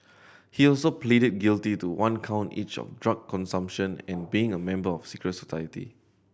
he also pleaded guilty to one count each of drug consumption and being a member of secret society